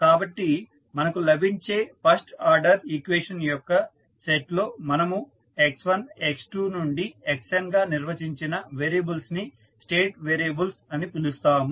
కాబట్టి మనకు లభించే ఫస్ట్ ఆర్డర్ ఈక్వేషన్ యొక్క సెట్ లో మనము x1 x2 నుండి xn గా నిర్వచించిన వేరియబుల్స్ ని స్టేట్ వేరియబుల్స్ అని పిలుస్తాము